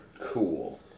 Cool